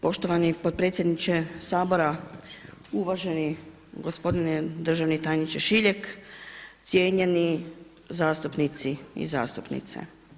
Poštovani potpredsjedniče Sabora, uvaženi gospodine državni tajniče Šiljeg, cijenjeni zastupnici i zastupnice.